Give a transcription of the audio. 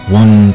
one